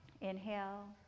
Inhale